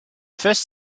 first